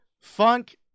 Funk